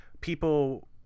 people